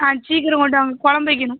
சீக்கிரம் கொண்டு வாங்க கொழம்பு வைக்கணும்